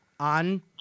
on